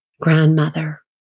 grandmother